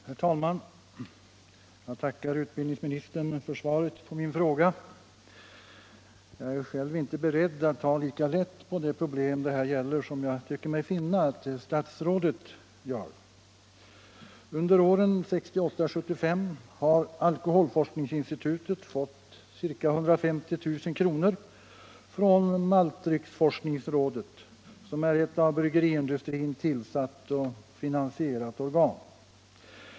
Herr talman! Jag tackar utbildningsministern för svaret på min fråga. Om alkoholforsk Jag är själv inte beredd att ta lika lätt på detta problem som jag tycker = ningsinstitutets mig finna att statsrådet gör. beroende av Under åren 1968 — 1975 har alkoholforskningsinstitutet fått ca. 150 000 — forskningsanslag kr. från Maltdrycksforskningsrådet, som är ett av bryggeriindustrin tillsatt — från bryggeriinduoch finansierat organ.